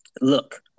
Look